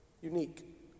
unique